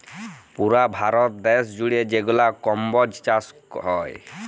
পুরা ভারত দ্যাশ জুইড়ে যেগলা কম্বজ চাষ হ্যয়